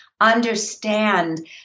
understand